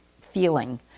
feeling